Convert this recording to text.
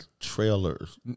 trailers